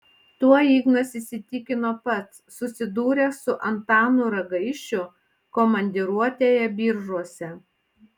tuo ignas įsitikino pats susidūręs su antanu ragaišiu komandiruotėje biržuose